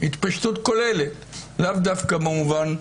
התפשטות כוללת, לאו דווקא במובן הפיזי.